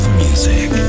music